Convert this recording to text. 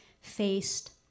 faced